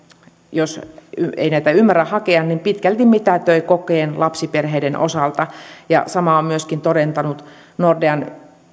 jos ei näitä ymmärrä hakea pitkälti mitätöi kokeen lapsiperheiden osalta ja samaa on myöskin todentanut nordean